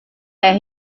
teh